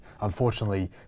unfortunately